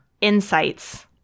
insights